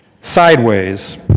sideways